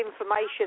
information